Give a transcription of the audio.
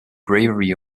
bravery